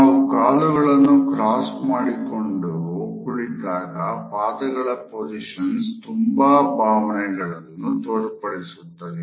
ನಾವು ಕಾಲುಗಳನ್ನು ಕ್ರಾಸ್ ಮಾಡಿಕೊಂಡು ಕುಳಿತಾಗ ಪಾದಗಳ ಪೊಸಿಷನ್ಸ್ ತುಂಬಾ ಭಾವನೆಗಳನ್ನು ತೋರ್ಪಡಿಸುತ್ತದೆ